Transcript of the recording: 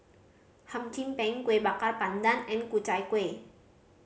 Hum Chim Peng Kueh Bakar Pandan and Ku Chai Kueh